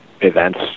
events